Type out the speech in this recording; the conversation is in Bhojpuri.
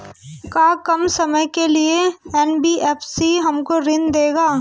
का कम समय के लिए एन.बी.एफ.सी हमको ऋण देगा?